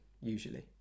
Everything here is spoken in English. usually